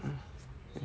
mm